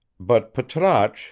but patrasche,